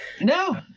No